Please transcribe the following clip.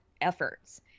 efforts